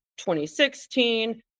2016